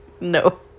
No